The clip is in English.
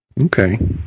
Okay